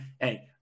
hey